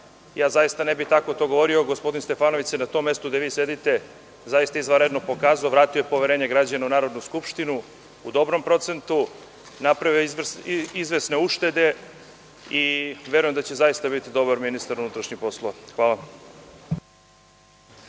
Ja zaista ne bih tako to govorio, gospodin Stefanović se na tom mestu gde vi sedite zaista izvanredno pokazao, vratio je poverenje građana u Narodnu skupštinu u dobrom procentu i napravio je izvesne uštede i verujem da će zaista biti dobar ministar unutrašnjih poslova. Hvala.